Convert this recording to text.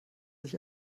sich